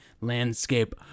landscape